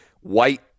white